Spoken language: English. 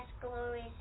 glories